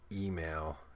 email